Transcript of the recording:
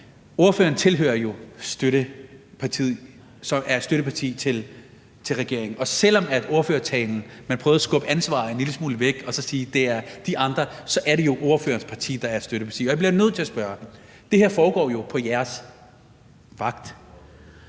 et parti, som er et støtteparti for regeringen, og selv om man i ordførertalen prøvede at skubbe ansvaret en lille smule væk og sige, at det er de andre, så er det jo ordførerens parti, der er støtteparti. Så jeg bliver nødt til at spørge: Det her foregår jo på jeres vagt,